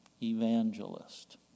evangelist